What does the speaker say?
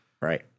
Right